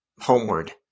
Homeward